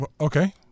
Okay